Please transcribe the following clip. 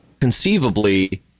conceivably